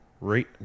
Right